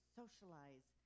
socialize